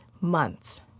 months